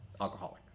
alcoholic